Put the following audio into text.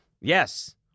Yes